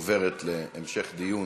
לסדר-היום עוברת להמשך דיון